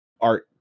art